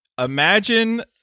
imagine